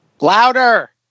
Louder